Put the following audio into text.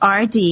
RD